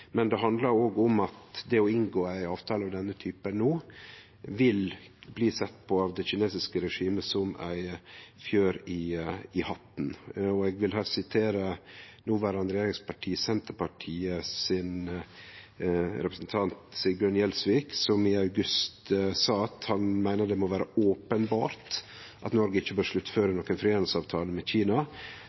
og om at det å inngå ein avtale av denne typen no, vil bli sett på som ei fjør i hatten av det kinesiske regimet. Eg vil her sitere noverande regjeringsparti Senterpartiets representant Sigbjørn Gjelsvik, som i august sa at han meiner «det må være åpenbart at Norge ikke bør sluttføre noen frihandelsavtale med Kina»,